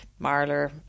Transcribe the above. Marler